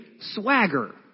swagger